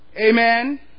Amen